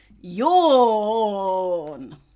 Yawn